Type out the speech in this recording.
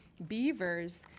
beavers